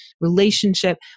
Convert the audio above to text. relationship